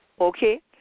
okay